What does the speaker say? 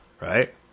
Right